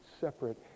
separate